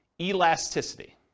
elasticity